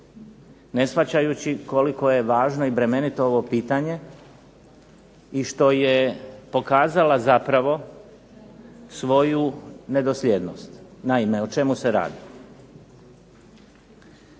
ne shvaćajući koliko je važno i bremenito ovo pitanje, i što je pokazala zapravo svoju nedosljednost. Naime o čemu se radi.